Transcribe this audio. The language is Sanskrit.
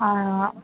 हा